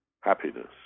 happiness